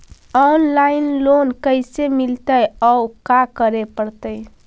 Online loan कैसे मिलतै औ का करे पड़तै?